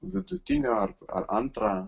vidutinio ar antrą